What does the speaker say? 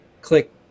click